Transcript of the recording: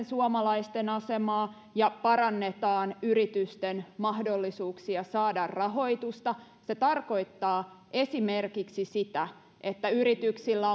suomalaisten asemaa ja parannetaan yritysten mahdollisuuksia saada rahoitusta se tarkoittaa esimerkiksi sitä että yrityksillä